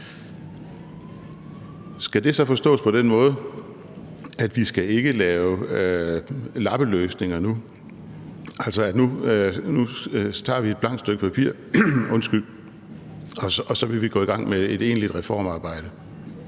Skal det så forstås på den måde, at vi ikke skal lave lappeløsninger nu? Altså, at vi nu tager et blankt stykke papir, og så vil vi gå i gang med et egentligt reformarbejde.